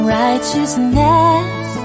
righteousness